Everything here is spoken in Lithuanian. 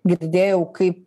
girdėjau kaip